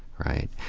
right?